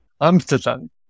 Amsterdam